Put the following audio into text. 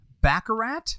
baccarat